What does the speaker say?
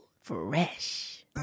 Fresh